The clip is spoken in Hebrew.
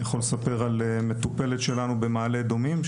אני יכול לספר על מטופלת שלנו במעלה אדומים,